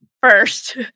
first